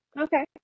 Okay